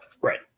Right